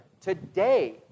today